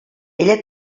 ella